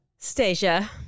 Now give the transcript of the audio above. Stasia